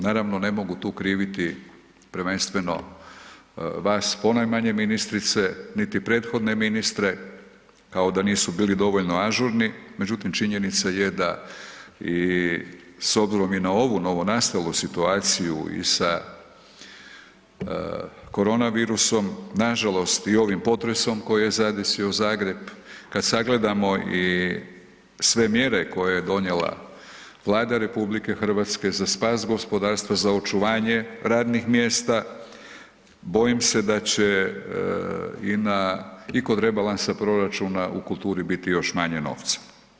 Naravno ne mogu tu kriviti prvenstveno vas ponajmanje ministrice, niti prethodne ministre kao da nisu bili dovoljno ažurni, međutim činjenica je da i s obzirom i na ovu novonastalu situaciju i sa korona virusom, nažalost i ovim potresom koji je zadesio Zagreb, kad sagledamo i sve mjere koje je donijela Vlada RH za spas gospodarstva, za očuvanje radnih mjesta bojim se da će i na, i kod rebalansa proračuna u kulturi biti još manje novca.